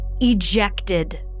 Ejected